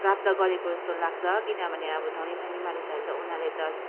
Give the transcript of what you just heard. प्राप्त गरेको जस्तो लाग्छ किनभने अब धनी धनी मानिसहरूले त उनीहरूले त